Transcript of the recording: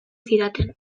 zidaten